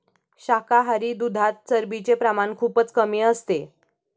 शाकाहारी दुधात चरबीचे प्रमाण खूपच कमी असते